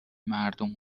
مردم